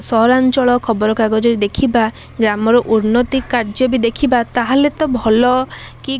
ସହରାଞ୍ଚଳ ଖବରକାଗଜରେ ଦେଖିବା ଯେ ଆମର ଉନ୍ନତି କାର୍ଯ୍ୟ ବି ଦେଖିବା ତାହାହେଲେ ତ ଭଲକି